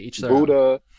Buddha